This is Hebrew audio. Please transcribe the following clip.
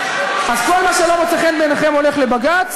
אז כל מה שלא מוצא חן בעיניכם הולך לבג"ץ,